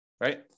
Right